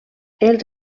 els